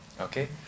Okay